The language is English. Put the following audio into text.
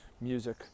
music